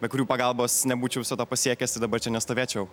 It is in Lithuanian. be kurių pagalbos nebūčiau viso to pasiekęs ir dabar čia nestovėčiau